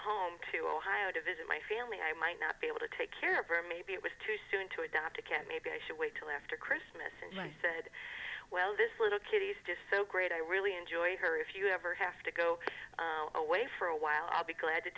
home to ohio to visit my family i might not be able to take care of her maybe it was too soon to adopt a cat maybe i should wait till after christmas and she said well this little kitties just so great i really enjoy her if you ever have to go away for a while i'll be glad to